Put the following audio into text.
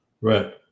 right